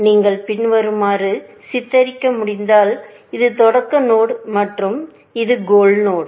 நீங்கள் பின்வருமாறு சித்தரிக்க முடிந்தால் இது தொடக்க நோடு மற்றும் இது கோல் நோடு